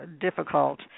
difficult